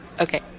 Okay